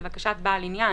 לבקשת בעל עניין